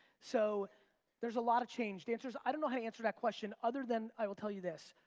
so there's a lot of change, the answer is i don't know how to answer that question other than i will tell you this.